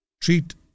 treat